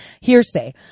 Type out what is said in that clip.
hearsay